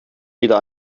wieder